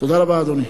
תודה רבה, אדוני.